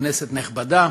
כנסת נכבדה,